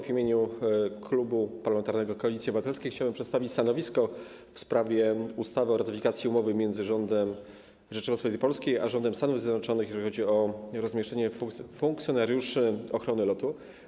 W imieniu Klubu Parlamentarnego Koalicji Obywatelskiej chciałbym przedstawić stanowisko w sprawie ustawy o ratyfikacji umowy między rządem Rzeczypospolitej Polskiej a rządem Stanów Zjednoczonych Ameryki, jeżeli chodzi o rozmieszczenie funkcjonariuszy ochrony lotu.